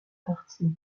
parties